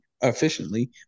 efficiently